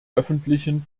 öffentlichen